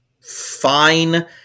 fine